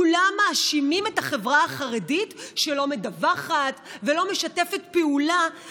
כולם מאשימים את החברה החרדית שלא מדווחת ולא משתפת פעולה,